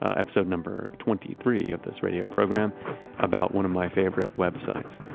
episode number twenty three of this radio program about one of my favorite websites.